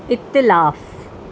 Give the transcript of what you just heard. इख़्तिलाफ़ु